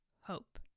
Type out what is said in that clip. hope